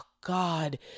God